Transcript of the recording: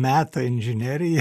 meta inžineriją